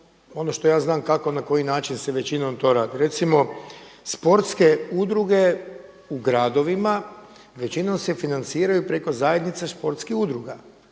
ono što ja znam kako i na koji način se većinom to radi. Recimo sportske udruge u gradovima većinom se financiraju preko zajednice sportskih udruga